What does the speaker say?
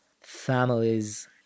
families